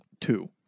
Two